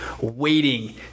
waiting